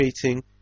creating